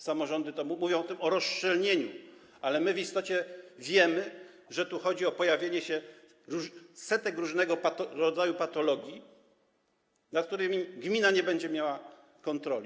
Samorządy mówią o rozszczelnieniu, ale my w istocie wiemy, że tu chodzi o pojawienie się setek różnego rodzaju patologii, nad którymi gmina nie będzie miała kontroli.